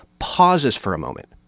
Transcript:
pauses for a moment,